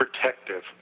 protective